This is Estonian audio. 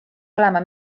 olema